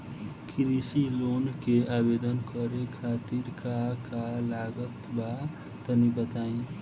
कृषि लोन के आवेदन करे खातिर का का लागत बा तनि बताई?